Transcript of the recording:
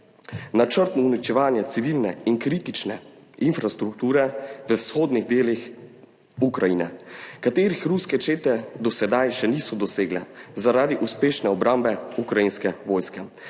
načrtno uničevanje civilne in kritične infrastrukture v vzhodnih delih Ukrajine, katerih ruske čete do sedaj še niso dosegle zaradi uspešne obrambe ukrajinske vojske.